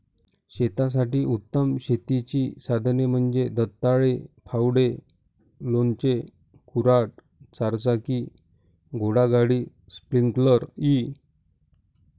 शेतासाठी उत्तम शेतीची साधने म्हणजे दंताळे, फावडे, लोणचे, कुऱ्हाड, चारचाकी घोडागाडी, स्प्रिंकलर इ